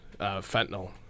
fentanyl